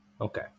Okay